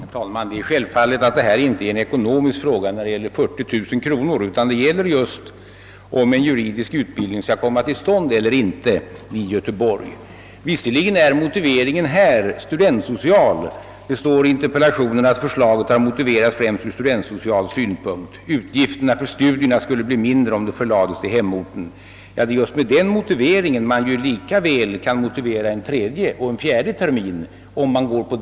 Herr talman! Det är självfallet att det inte är en ekonomisk fråga när det gäller 40 000 kronor, utan det gäller om en juridisk utbildning skall komma till stånd eller inte i Göteborg. Visserligen är motiveringen härvidlag studentsocial och det står i interpellationen att förslaget har framförts främst ur studiesocial synpunkt: utgifterna för studierna skulle bli mindre om dessa förlades till hemorten. Men just med den motiveringen kan man lika väl föreslå en tredje eller fjärde termin.